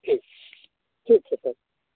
ठीक छै सर